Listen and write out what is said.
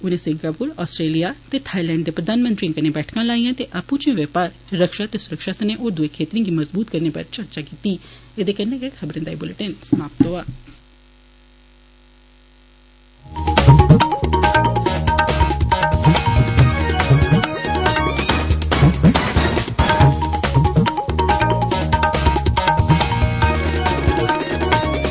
उनें Singapore Australia ते Thailand दे प्रधानमंत्रिएं कन्नै बैठकां लाइयां ते आपू इचै व्यौपार रक्षा ते सुरक्षा सने होर दुए क्षेत्रे गी मजबूत करने बारै चर्चा कीत्ती